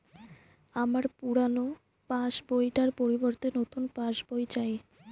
আমার পুরানো পাশ বই টার পরিবর্তে নতুন পাশ বই চাই